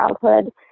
childhood